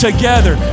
Together